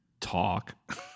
talk